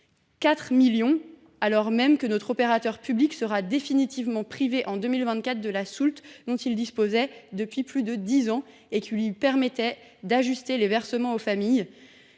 l’on sait que l’opérateur public sera définitivement privé, en 2024, de la soulte dont il disposait depuis plus de dix ans et qui lui permettait d’ajuster les versements aux familles,